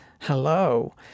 Hello